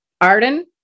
Arden